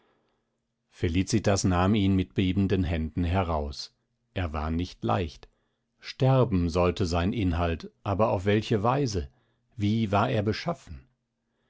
felicitas nahm ihn mit bebenden händen heraus er war nicht leicht sterben sollte sein inhalt aber auf welche weise wie war er beschaffen